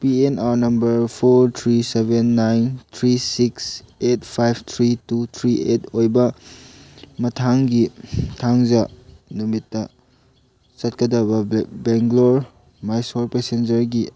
ꯄꯤ N R number four three seven nine three six eight five three two three eight ꯑꯣꯏꯕ ꯃꯊꯪꯒꯤ ꯊꯥꯡꯖ ꯅꯨꯃꯤꯠꯇ ꯆꯠꯀꯗꯕ ꯕꯦꯡꯒ꯭ꯂꯣꯔ ꯃꯌꯦꯁꯣꯔ ꯄꯦꯁꯦꯟꯖꯔꯒꯤ